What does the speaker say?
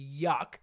yuck